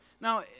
Now